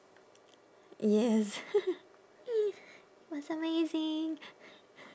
yes that's amazing